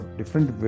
different